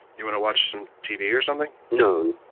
you want to watch some tv or something? no.